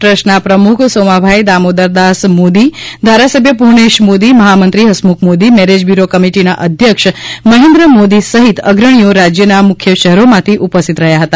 ટ્રસ્ટના પ્રમુખ સોમાભાઇ દામોદરદાસ મોદી ધારાસભ્ય પૂર્ણેશ મોદી મહામંત્રી હસમુખ મોદી મેરેજ બ્યુરો કમિટીના અધ્યક્ષ મહેન્દ્ર મોદી સહિત અગ્રણીઓ રાજ્યનાં મુખ્ય શહેરોમાંથી ઉપસ્થિત રહ્યા હતા